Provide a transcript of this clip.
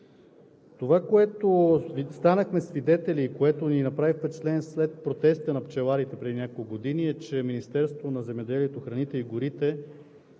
Това, на което станахме свидетели и което ни направи впечатление след протеста на пчеларите преди няколко години, е, че Министерството на земеделието, храните и горите